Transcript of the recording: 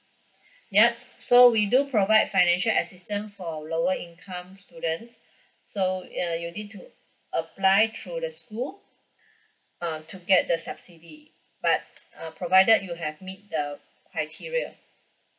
yup so we do provide financial assistant for lower income students so uh you need to apply through the school uh to get the subsidy but uh provided you have meet the criteria